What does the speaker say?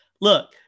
Look